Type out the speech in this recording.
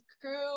crew